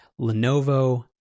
Lenovo